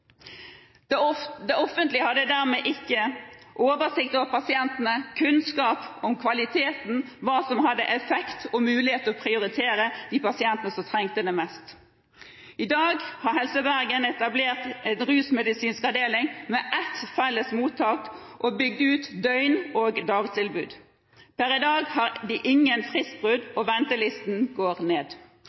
til 2009. Det offentlige hadde dermed ikke oversikt over pasientene, kunnskap om kvaliteten, hva som hadde effekt og mulighet til å prioritere de pasientene som trengte det mest. I dag har Helse-Bergen etablert en rusmedisinsk avdeling med ett felles mottak og bygd ut døgn- og dagtilbudet. Per i dag har de ingen fristbrudd og ventelistene går ned.